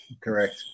Correct